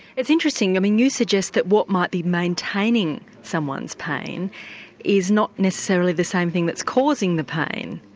it's interesting, i mean you suggest that what might be maintaining someone's pain is not necessarily the same thing that's causing the pain.